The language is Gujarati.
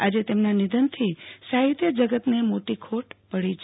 આજે તેમના નિધનથી સાહિત્ય જગતને મોટી ખોટ પડી છે